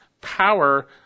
power